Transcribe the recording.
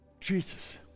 Jesus